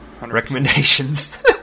Recommendations